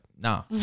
No